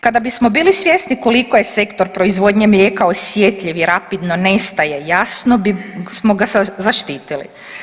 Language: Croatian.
Kada bismo bili svjesni koliko je sektor proizvodnje mlijeka osjetljiv i rapidno nestaje jasno bismo zaštitili.